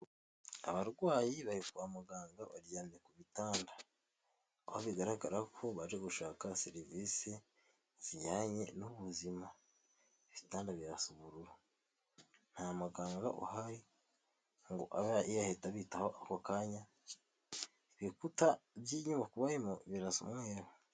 Abarwayi bari kwa muganga baryamye ku bitanda aho bigaragara ko baje gushaka serivisi zijyanye n'ubuzima. Ibitanda birasa ubururu, nta muganga uhari ngo abe yahita abitaho ako kanya. Ibikuta by'inyubako barimo birasa umweru.